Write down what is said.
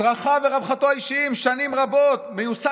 "צרכיו ורווחתו האישיים", "שנים רבות",